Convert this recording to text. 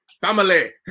Family